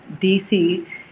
DC